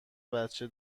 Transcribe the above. بچه